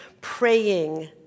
praying